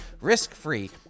risk-free